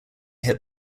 hit